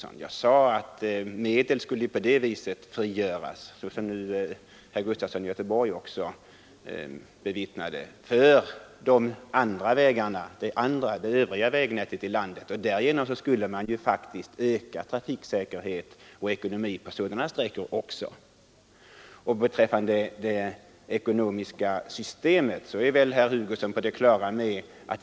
Jag sade att medel på det sättet skulle frigöras — vilket nu också herr Sven Gustafson i Göteborg intygat — för det övriga vägnätet i landet och att man därigenom faktiskt skulle förbättra trafiksäkerheten och ekonomin även på sådana sträckor.